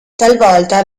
talvolta